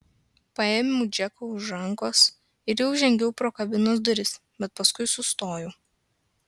paėmiau džeką už rankos ir jau žengiau pro kabinos duris bet paskui sustojau